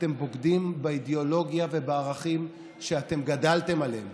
אתם בוגדים באידיאולוגיה ובערכים שאתם גדלתם עליהם,